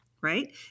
right